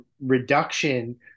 reduction